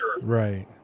Right